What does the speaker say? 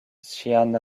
ŝian